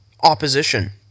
opposition